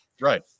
Right